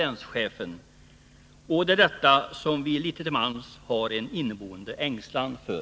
länschefen, och det är detta som vi litet till mans har en inneboende ängslan för.